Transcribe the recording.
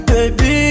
Baby